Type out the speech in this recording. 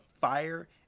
fire